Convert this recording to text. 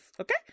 Okay